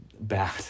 bad